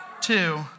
two